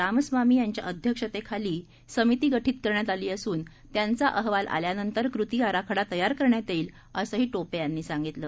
रामास्वामी यांच्या अध्यक्षतेखाली समिती गठीत करण्यात आली असून त्यांचा अहवाल आल्यानंतर कृती आराखडा तयार करण्यात येईल असंही टोपे यांनी सांगितलं